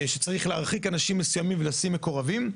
שצריך להרחיק אנשים מסוימים ולשים מקורבים.